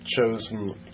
chosen